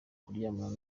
kuryamana